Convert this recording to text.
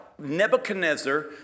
Nebuchadnezzar